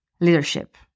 leadership